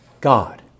God